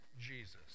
Jesus